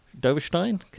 Doverstein